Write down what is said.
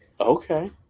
Okay